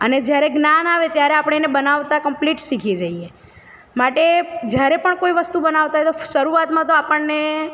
અને જ્યારે જ્ઞાન આવે ત્યારે આપણે એને બનાવતાં કમ્પ્લીટ શીખી જઈએ માટે જ્યારે પણ કોઈ વસ્તુ બનાવતાં હોય તો શરૂઆતમાં તો આપણને